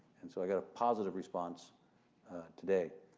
and so i got a positive response today.